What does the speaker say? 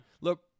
Look